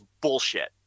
bullshit